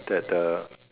that uh